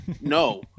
No